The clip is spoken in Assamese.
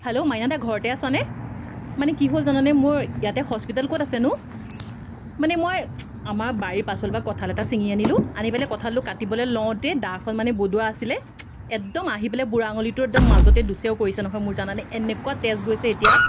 হেল্ল' মাইনাদা ঘৰতে আছনে মানে কি হ'ল জাননে মোৰ ইয়াতে হস্পিটেল ক'ত আছেনো মানে মই আমাৰ বাৰীৰ পাছফালৰ পৰা কঁঠাল এটা ছিঙি আনিলোঁ আনি পেলাই কঁঠালটো কাটিবলৈ লওঁতেই দাখন মানে বদোৱা আছিলে একদম আহি পেলাই বুঢ়া আঙুলিটোৰ একদম মাজতে দুচেও কৰিছে নহয় মোৰ জাননে এনেকুৱা তেজ গৈছে এতিয়া